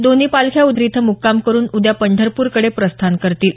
दोन्ही पालख्या आज वाखरी इथं मुक्काम करुन उद्या पंढरपूरकडे प्रस्थान करतील